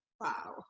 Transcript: Wow